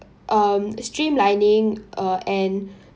um streamlining uh and